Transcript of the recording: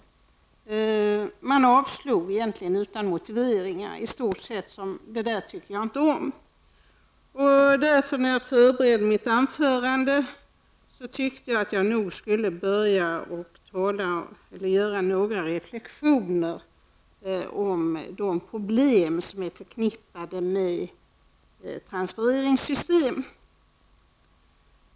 I stort sett avstyrkte man utan annan motivering än att det där tycker man inte om. När jag förberedde mitt anförande, tyckte jag därför att jag nog borde göra några reflextioner om de problem som är förknippade med transfereringssystemen.